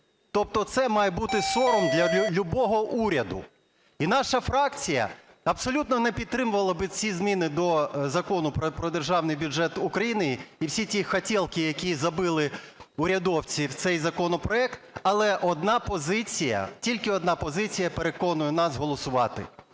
Тобто це має бути сором для любого уряду. І наша фракція абсолютно не підтримувала би ці зміни до Закону про Державний бюджет України і всі ті "хотєлки", які забили урядовці в цей законопроект, але одна позиція, тільки одна позиція переконує нас голосувати,